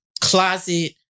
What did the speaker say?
Closet